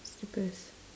slippers